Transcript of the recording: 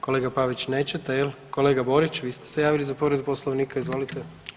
Kolega Pavić nećete jel, kolega Borić vi ste se javili za povredu Poslovnika, izvolite.